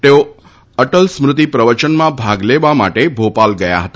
તેઓ અટલ સ્મૃતિ પ્રવચનમાં ભાગ લેવા માટે ભોપાલ ગયા હતા